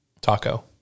Taco